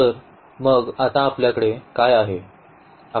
तर मग आता आपल्याकडे काय आहे